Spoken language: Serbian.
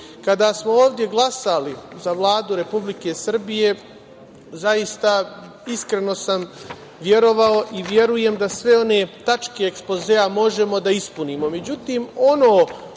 smo ovde glasali za Vladu Republike Srbije, zaista, iskreno sam verovao i verujem da sve one tačke ekspozea možemo da ispunimo. Međutim, ono